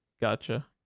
Gotcha